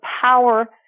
power